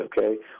Okay